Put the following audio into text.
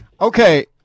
Okay